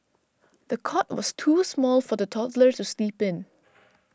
the cot was too small for the toddler to sleep in